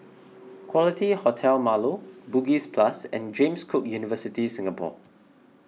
Quality Hotel Marlow Bugis Plus and James Cook University Singapore